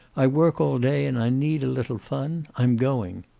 i work all day, and i need a little fun. i'm going.